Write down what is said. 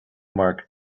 mark